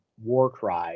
Warcry